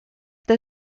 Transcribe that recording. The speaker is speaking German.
der